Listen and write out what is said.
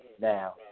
now